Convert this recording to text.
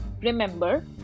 remember